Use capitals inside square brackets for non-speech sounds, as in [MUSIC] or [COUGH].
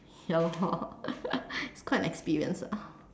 ya lor [LAUGHS] it's quite an experience lah